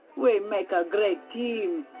we make a great team!